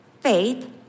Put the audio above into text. faith